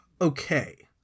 okay